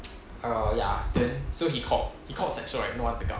err ya then so he called he called saxo right no one pick up